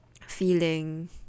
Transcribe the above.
feeling